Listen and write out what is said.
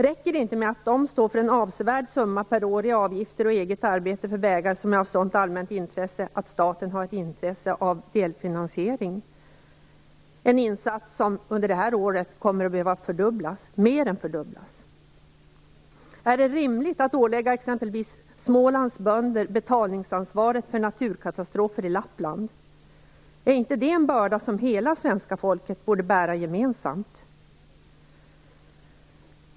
Räcker det inte med att de står för en avsevärd summa per år i avgifter och eget arbete för vägar som är av sådant allmänt intresse att staten har ett intresse av delfinansiering? Det är en insats som under det här året kommer att behöva mer än fördubblas. Är det rimligt att ålägga exempelvis Smålands bönder betalningsansvaret för naturkatastrofer i Lappland? Är inte det en börda som hela svenska folket borde bära gemensamt?